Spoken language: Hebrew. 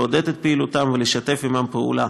לעודד את פעילותם ולשתף עמם פעולה,